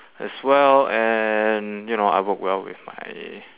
as well and you know I work well with my